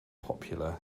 popular